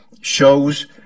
shows